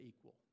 equal